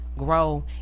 grow